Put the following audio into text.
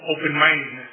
open-mindedness